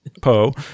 Poe